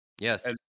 Yes